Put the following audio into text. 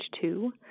two